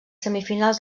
semifinals